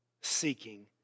seeking